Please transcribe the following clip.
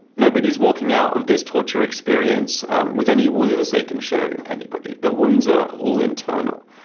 nobody is walking out of this torture experience with any wounds they can show anybody, the wounds are all internal.